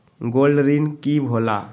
Gold ऋण की होला?